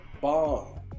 bomb